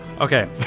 Okay